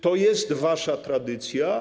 To jest wasza tradycja.